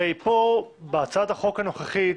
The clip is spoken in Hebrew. הרי פה בהצעת החוק הנוכחית